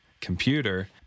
computer